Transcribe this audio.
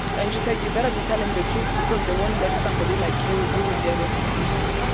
and she said you better be telling the truth because they won't let somebody like you ruin their reputation.